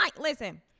listen